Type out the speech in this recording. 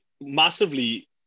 massively